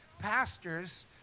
pastors